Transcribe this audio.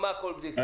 מה כל בדיקה.